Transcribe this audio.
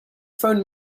phone